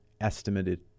estimated